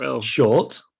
short